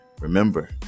remember